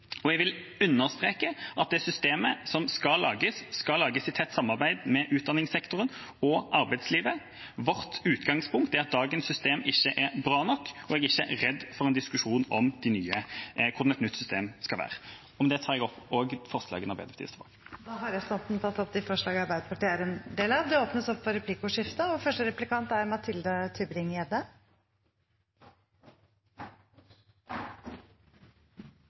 Jeg vil understreke at det systemet som skal lages, skal lages i tett samarbeid med utdanningssektoren og arbeidslivet. Vårt utgangspunkt er at dagens system ikke er bra nok, og jeg er ikke redd for en diskusjon om hvordan et nytt system skal være. Med det tar jeg opp forslagene Arbeiderpartiet står bak. Representanten Torstein Tvedt Solberg har tatt opp de forslagene han refererte til. Det blir replikkordskifte. Det